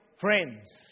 friends